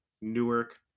Newark